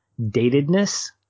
datedness